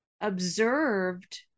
observed